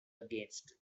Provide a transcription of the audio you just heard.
against